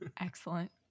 Excellent